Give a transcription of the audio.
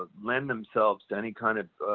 ah lend themselves to any kind of